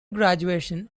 graduation